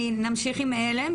נמשיך עם על"ם.